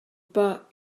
pas